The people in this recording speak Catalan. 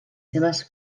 seves